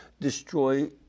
destroy